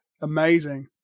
Amazing